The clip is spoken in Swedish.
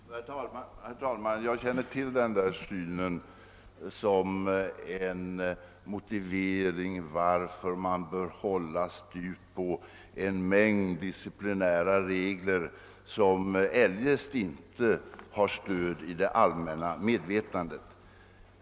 Herr talman! Jag känner till den där synen såsom motivering till att man bör hålla styvt på en mängd disciplinära regler, som eljest inte har stöd i det allmänna medvetandet.